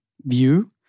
view